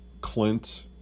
Clint